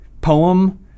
poem